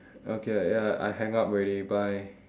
okay ya I hang up already bye